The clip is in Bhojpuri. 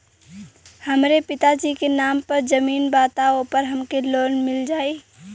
हमरे पिता जी के नाम पर जमीन बा त ओपर हमके लोन मिल जाई?